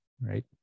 right